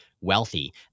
wealthy